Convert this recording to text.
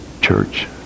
church